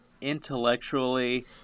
intellectually